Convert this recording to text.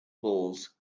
falls